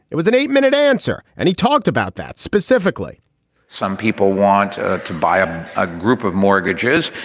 it was an eight minute answer and he talked about that specifically some people want ah to buy a ah group of mortgages,